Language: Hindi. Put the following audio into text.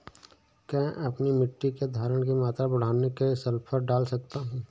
क्या मैं अपनी मिट्टी में धारण की मात्रा बढ़ाने के लिए सल्फर डाल सकता हूँ?